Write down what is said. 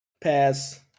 Pass